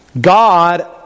God